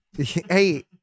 Hey